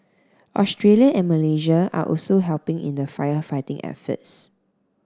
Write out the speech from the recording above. Australia and Malaysia are also helping in the firefighting efforts